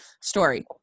story